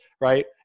right